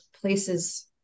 places